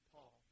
Paul